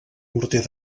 morter